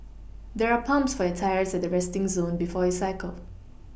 there are pumps for your tyres at the resting zone before you cycle